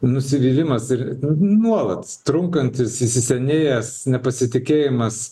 nusivylimas ir nuolat trunkantis įsisenėjęs nepasitikėjimas